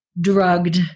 drugged